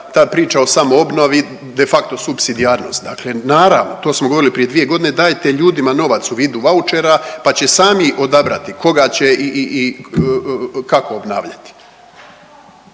ta priča o samoobnovi de facto supsidijarnost dakle, naravno to smo govorili prije dvije godine dajte ljudima novac u vidu vaučera pa će sami odabrati koga će i kako obnavljati.